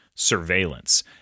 surveillance